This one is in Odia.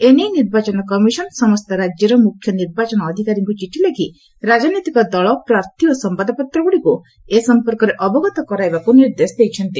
ଏ ନେଇ ନିର୍ବାଚନ କମିଶନ ସମସ୍ତ ରାଜ୍ୟର ମୁଖ୍ୟ ନିର୍ବାଚନ ଅଧିକାରୀଙ୍କୁ ଚିଠି ଲେଖି ରାଜନୈତିକ ଦଳ ପ୍ରାର୍ଥୀ ଓ ସମ୍ଭାଦପତ୍ରଗୁଡ଼ିକୁ ଏ ସଂପର୍କରେ ଅବଗତ କରାଇବାକୁ ନିର୍ଦ୍ଦେଶ ଦେଇଛନ୍ତି